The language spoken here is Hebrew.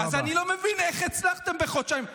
אז אני לא מבין איך הצלחתם בחודשיים,